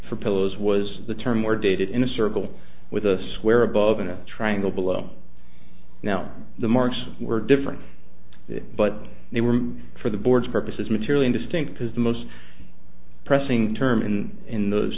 for pillows was the term were dated in a circle with a square above in a triangle below now the marks were different but they were for the board's purposes materially indistinct because the most pressing termine in those